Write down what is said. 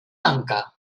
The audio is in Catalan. manca